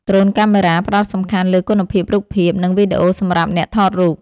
ដ្រូនកាមេរ៉ា ផ្ដោតសំខាន់លើគុណភាពរូបភាព និងវីដេអូសម្រាប់អ្នកថតរូប។